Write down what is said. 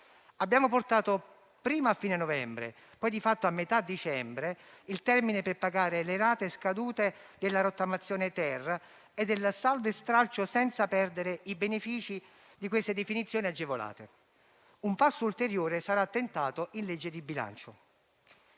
Abbiamo portato prima a fine novembre e, poi, di fatto a metà dicembre, il termine per pagare le rate scadute della rottamazione *ter* e del saldo e stralcio senza perdere i benefici di queste definizioni agevolate. Un passo ulteriore sarà tentato in legge di bilancio.